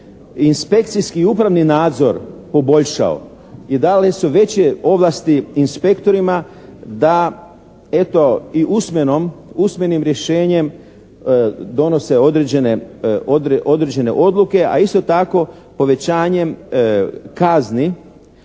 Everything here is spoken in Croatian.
inspekcijski i upravni nadzor poboljšao i dali su veće ovlasti inspektorima da eto i usmenim rješenjem donose određene odluke, a isto tako povećanjem kazni